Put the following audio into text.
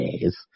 days